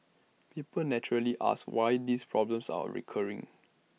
people naturally ask why these problems are recurring